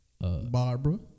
Barbara